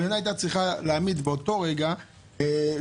המדינה הייתה צריכה להעמיד באותו רגע מענה,